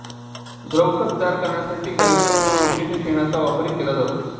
द्रवखत तयार करण्यासाठी गाईच्या किंवा म्हशीच्या शेणाचा वापरही केला जातो